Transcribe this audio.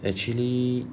actually